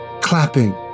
Clapping